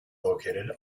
located